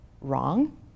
wrong